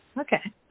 Okay